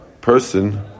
person